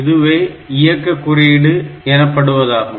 இதுவே இயக்கு குறியீடு எனப்படுவதாகும்